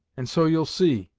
and so you'll see,